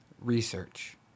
research